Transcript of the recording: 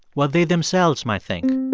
what they themselves might think.